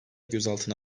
gözaltına